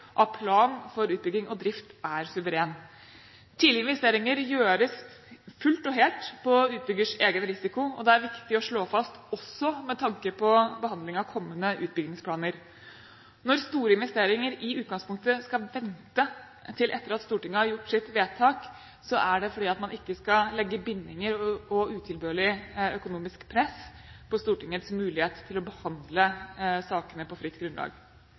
av plan for utbygging og drift er suveren. Tidlige investeringer gjøres fullt og helt på utbyggers egen risiko. Det er det viktig å slå fast – også med tanke på behandling av kommende utbyggingsplaner. Når store investeringer i utgangspunktet skal vente til etter at Stortinget har gjort sitt vedtak, er det fordi man ikke skal legge bindinger og utilbørlig økonomisk press på Stortinget med hensyn til dets mulighet til å behandle sakene på fritt grunnlag.